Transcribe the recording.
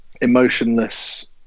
emotionless